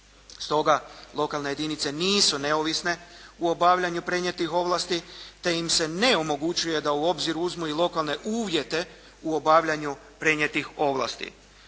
Stoga, lokalne jedinice nisu neovisne u obavljanju prenijetih ovlasti, te im se ne omogućuje da u obzir uzmu i lokalne uvjete u obavljanju prenijetih ovlasti.